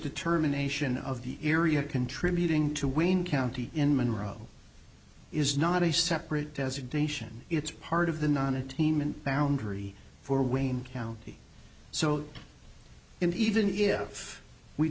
determination of the area contributing to wayne county in monroe is not a separate designation it's part of the non a team and foundry for wayne county so in even if we